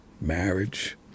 Marriage